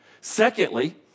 Secondly